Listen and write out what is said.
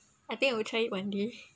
I think I will try in one day